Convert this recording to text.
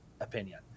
opinion